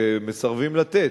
ומסרבים לתת,